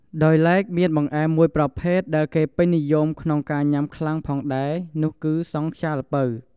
ដោយឡែកមានបង្អែមមួយប្រភេទដែលគេពេញនិយមក្នុងការញុាំខ្លាំងផងដែរនោះគឺ សង់ខ្យាល្ពៅ។